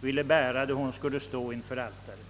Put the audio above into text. ville bära då hon skulle stå inför altaret.